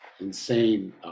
insane